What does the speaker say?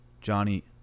Johnny